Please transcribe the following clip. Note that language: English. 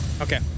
Okay